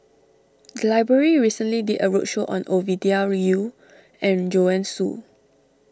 the library recently did a roadshow on Ovidia Yu and Joanne Soo